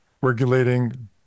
regulating